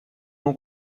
non